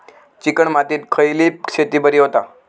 Chicken मातीत खयली शेती बरी होता?